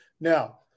Now